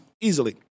easily